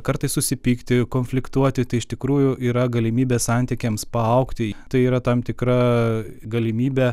kartais susipykti konfliktuoti tai iš tikrųjų yra galimybė santykiams paaugti tai yra tam tikra galimybė